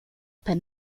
per